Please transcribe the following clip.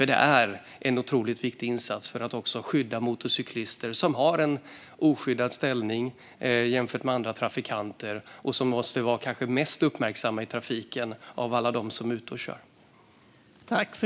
Detta är en otroligt viktig insats för att skydda motorcyklister, som har en oskyddad ställning jämfört med andra trafikanter och kanske är de som måste vara mest uppmärksamma av alla som är ute och kör i trafiken.